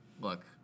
look